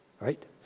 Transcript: Right